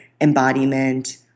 embodiment